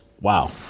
Wow